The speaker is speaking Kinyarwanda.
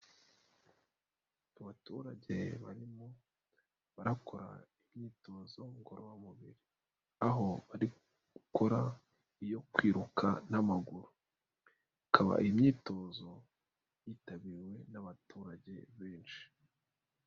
Abaturage barimo barakora imyitozo ngororamubiri, aho bari gukora iyo kwiruka n'amaguru, bikaba imyitozo yitabiriwe n'abaturage benshi.